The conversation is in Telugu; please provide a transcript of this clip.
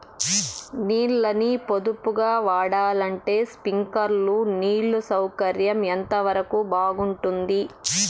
నీళ్ళ ని పొదుపుగా వాడాలంటే స్ప్రింక్లర్లు నీళ్లు సౌకర్యం ఎంతవరకు బాగుంటుంది?